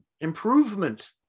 improvement